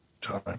time